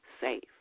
safe